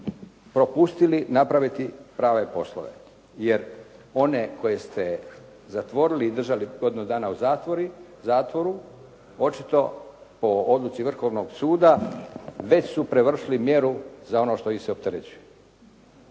propustili napraviti prave poslove, jer one koje ste zatvorili i držali godinu dana u zatvoru očito po odluci Vrhovnog suda već su prevršili mjeru za ono što ih se opterećuje.